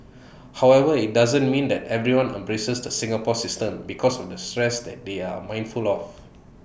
however IT doesn't mean that everyone embraces the Singapore system because of the stress that they are mindful of